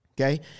okay